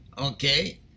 Okay